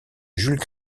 jules